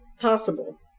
possible